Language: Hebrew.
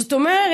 זאת אומרת,